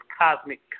cosmic